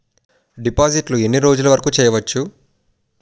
డిపాజిట్లు ఎన్ని రోజులు వరుకు చెయ్యవచ్చు?